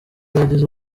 yagize